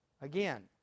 Again